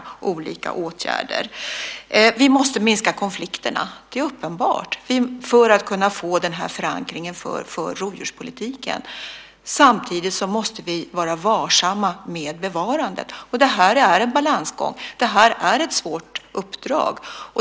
Det är uppenbart att vi måste minska konflikterna för att kunna få den här förankringen för rovdjurspolitiken. Samtidigt måste vi vara varsamma med bevarandet. Det här är en balansgång. Det är ett svårt uppdrag.